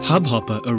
Hubhopper